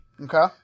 Okay